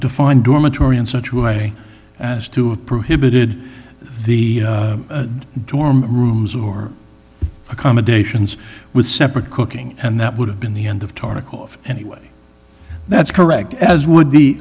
defined dormitory in such a way as to have prohibited the dorm rooms or accommodations with separate cooking and that would have been the end of tartikoff anyway that's correct as would